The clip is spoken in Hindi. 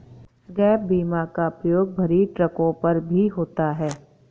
गैप बीमा का प्रयोग भरी ट्रकों पर भी होता है